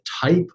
type